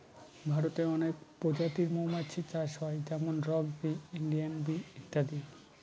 ভারতে অনেক প্রজাতির মৌমাছি চাষ হয় যেমন রক বি, ইন্ডিয়ান বি ইত্যাদি